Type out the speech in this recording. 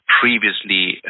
previously